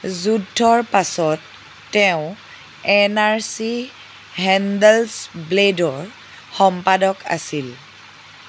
যুদ্ধৰ পাছত তেওঁ এন আৰ চি হেণ্ডেল্ছব্লেডৰ সম্পাদক আছিল